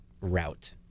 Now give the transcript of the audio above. route